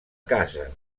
casa